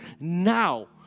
now